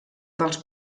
dels